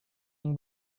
yang